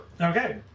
Okay